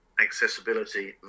accessibility